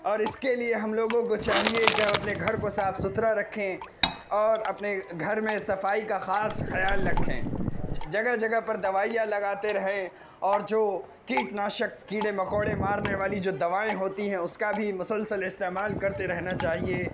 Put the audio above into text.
اور اس کے لیے ہم لوگوں کو چاہیے کہ ہم اپنے گھر کو صاف ستھرا رکھیں اور اپنے گھر میں صفائی کا خاص خیال رکھیں جگہ جگہ پر دوائیاں لگاتے رہیں اور جو کیٹ ناشک کیڑے مکوڑے مارنے والی جو دوائیں ہوتی ہیں اس کا بھی مسلسل استعمال کرتے رہنا چاہیے